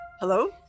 Hello